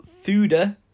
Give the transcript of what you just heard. fooder